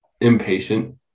impatient